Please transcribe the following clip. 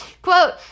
Quote